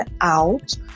out